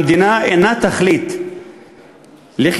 המדינה אינה תכלית כשלעצמה.